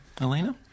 Elena